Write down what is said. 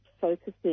focusing